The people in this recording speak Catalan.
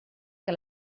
que